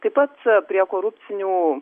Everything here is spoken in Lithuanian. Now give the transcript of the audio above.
taip pat prie korupcinių